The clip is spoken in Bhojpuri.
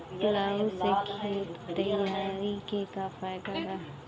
प्लाऊ से खेत तैयारी के का फायदा बा?